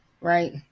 Right